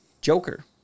Joker